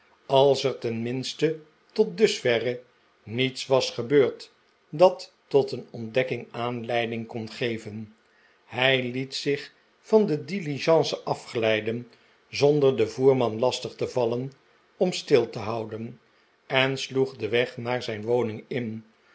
als er tenminste tot dusverre niets was gebeurd dat tot een ontdekking aartleiding kon geven hij liet zich van de diligence afglijden zonder den voerman lastig te vallen om stil te houden en sloeg den weg naar zijn woning in